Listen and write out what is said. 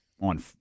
on